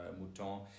Mouton